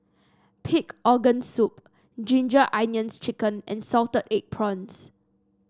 Pig Organ Soup Ginger Onions chicken and Salted Egg Prawns